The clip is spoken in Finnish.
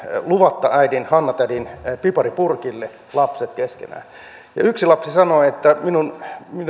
luvatta sinne äidin hanna tädin pipari purkille lapset keskenään menevät ja yksi lapsi sanoo että